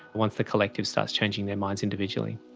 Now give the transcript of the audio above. once the collective starts changing their minds individually.